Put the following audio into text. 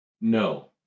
No